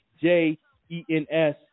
j-e-n-s